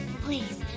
Please